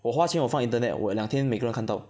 我花钱我放 internet 我两天每个人看到